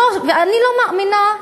ואני לא מאמינה,